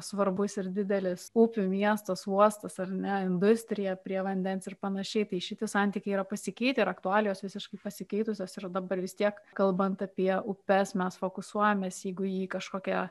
svarbus ir didelis upių miestas uostas ar ne industrija prie vandens ir panašiai tai šitie santykiai yra pasikeitę ir aktualijos visiškai pasikeitusios ir dabar vis tiek kalbant apie upes mes fokusuojamės jeigu į kažkokią